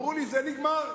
אמרו לי: זה נגמר.